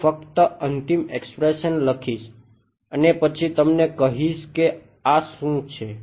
હું ફક્ત અંતિમ એક્સપ્રેશન લખીશ અને પછી તમને કહીશ કે આ શું છે